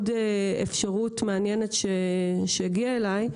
זו עוד אפשרות מעניינית שהגיעה אליי.